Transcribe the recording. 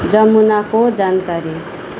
जमुनाको जानकारी